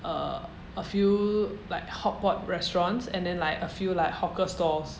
err a few like hotpot restaurants and then like a few like hawker stalls